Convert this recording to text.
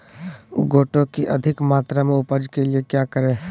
गोटो की अधिक मात्रा में उपज के लिए क्या करें?